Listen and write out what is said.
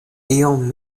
iom